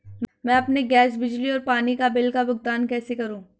मैं अपने गैस, बिजली और पानी बिल का भुगतान कैसे करूँ?